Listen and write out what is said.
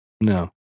No